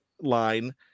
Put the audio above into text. line